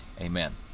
Amen